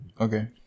Okay